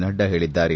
ನಡ್ಲಾ ಹೇಳಿದ್ದಾರೆ